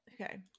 okay